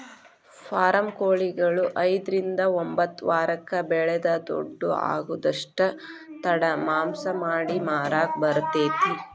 form ಕೊಳಿಗಳು ಐದ್ರಿಂದ ಒಂಬತ್ತ ವಾರಕ್ಕ ಬೆಳಿದ ದೊಡ್ಡು ಆಗುದಷ್ಟ ತಡ ಮಾಂಸ ಮಾಡಿ ಮಾರಾಕ ಬರತೇತಿ